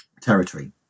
territory